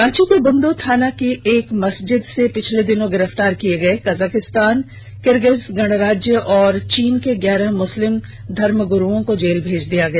रांची के बुंडू थाना की एक मस्जिद से पिछले दिनों गिरफ्तार किये गये कजाकिस्तान किलगीज गणराज्य और चीन के ग्यारह मुस्लिम धर्मगुरूओं को जेल भेज दिया गया